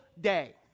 day